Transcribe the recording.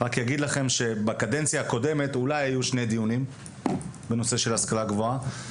רק אגיד לכם שבקדנציה הקודמת אולי היו שני דיונים בנושא של השכלה גבוהה.